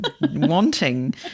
wanting